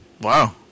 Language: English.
Wow